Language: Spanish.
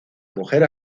mujer